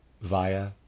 via